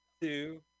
two